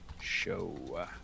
show